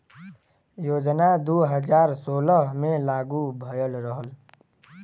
योजना दू हज़ार सोलह मे लागू भयल रहल